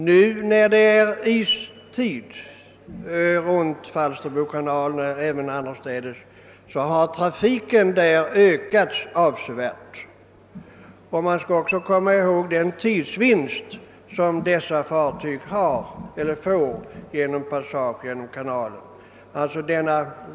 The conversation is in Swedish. Nu då det ligger is runt Falsterbokanalen, liksom annorstädes, har trafiken i kanalen ökat avsevärt. Man skall också tänka på den tidsvinst fartygen gör vid passage genom kanalen.